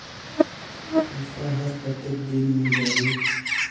पइसा हर कतेक दिन मे जाही?